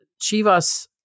Chivas